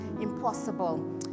impossible